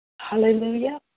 Hallelujah